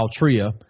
Altria